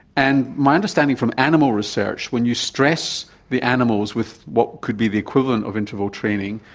and my understanding from animal research, when you stress the animals with what could be the equivalent of interval training,